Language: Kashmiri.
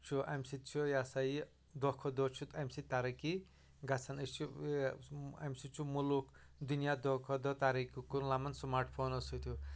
چھُ امہِ سۭتۍ چھُ یہِ ہسا یہِ دۄہ کھۄتہٕ دۄہ چھ امہِ سۭتۍ ترقی گژھان أسۍ چھِ امہِ سۭتۍ چھُ مُلُک دُنیا دۄہ کھۄتہٕ دۄہ ترقی کُن لمان سمارٹ فونو سۭتۍ ہُہ